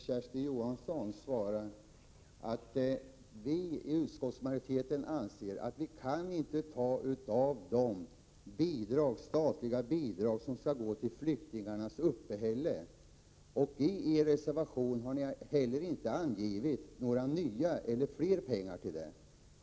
Herr talman! Utskottsmajoriteten anser att vi inte kan ta av de statliga bidrag som skall gå till flyktingarnas uppehälle, Kersti Johansson. I er reservation har ni inte heller anvisat pengar för detta ändamål.